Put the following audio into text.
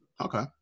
Okay